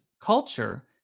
culture